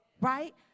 Right